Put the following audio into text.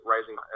Rising